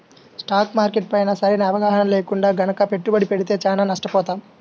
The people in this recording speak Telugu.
స్టాక్ మార్కెట్ పైన సరైన అవగాహన లేకుండా గనక పెట్టుబడి పెడితే చానా నష్టపోతాం